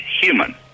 human